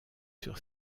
sur